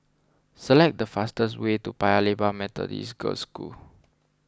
Select the fastest way to Paya Lebar Methodist Girls' School